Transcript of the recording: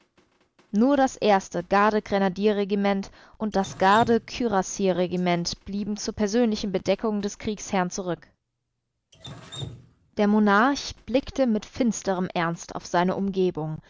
nur das erste gardegrenadierregiment und das gardekürassierregiment blieben zur persönlichen bedeckung des kriegsherrn zurück der monarch blickte mit finsterem ernst auf seine umgebung